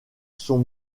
sont